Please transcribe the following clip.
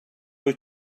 wyt